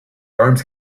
arms